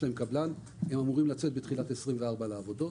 להם קבלן והם אמורים לצאת בתחילת 2024 לעבודות.